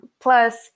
Plus